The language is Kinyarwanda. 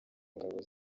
ngabo